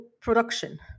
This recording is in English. production